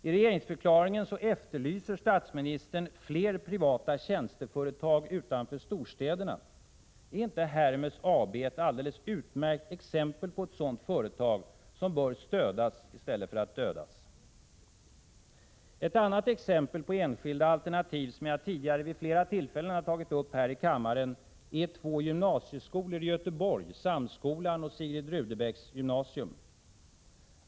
I regeringsförklaringen efterlyser statsministern fler privata tjänsteföretag utanför storstäderna. Är inte Hermes AB ett alldeles utmärkt exempel på ett sådant företag som bör stödjas i stället för att dödas? Ett annat exempel på enskilda alternativ som jag tidigare vid flera tillfällen tagit upp i kammaren är två gymnasieskolor i Göteborg, Samskolan och Sigrid Rudebecks gymnasium.